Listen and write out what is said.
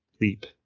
leap